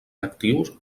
actius